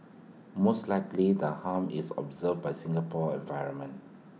most likely the harm is absorbed by Singapore's environment